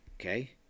okay